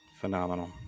Phenomenal